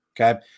okay